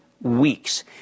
weeks